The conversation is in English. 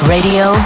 Radio